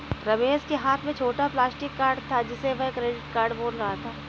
रमेश के हाथ में छोटा प्लास्टिक कार्ड था जिसे वह क्रेडिट कार्ड बोल रहा था